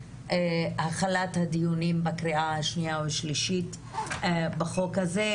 התחלת הדיונים בקריאה השנייה והשלישית בחוק הזה,